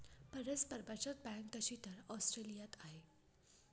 परस्पर बचत बँक तशी तर ऑस्ट्रेलियात आहे